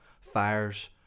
Fires